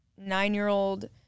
nine-year-old